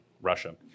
Russia